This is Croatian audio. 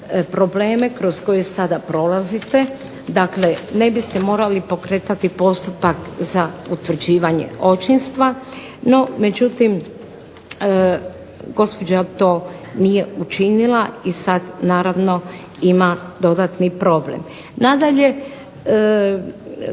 probleme kroz koje sada prolazite, dakle ne biste morali pokretati postupak za utvrđivanje očinstva. No međutim, gospođa to nije učinila i sada naravno ima dodatni problem. Nadalje